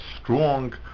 strong